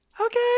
Okay